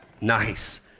Nice